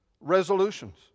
resolutions